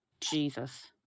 Jesus